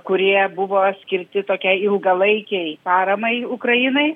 kurie buvo skirti tokiai ilgalaikei paramai ukrainai